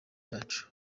cyacu